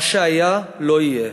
מה שהיה לא יהיה.